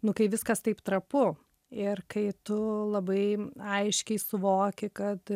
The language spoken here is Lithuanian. nu kai viskas taip trapu ir kai tu labai aiškiai suvoki kad